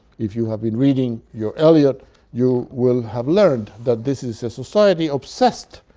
if you have been reading your elliott you will have learned that this is a society obsessed